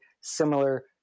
similar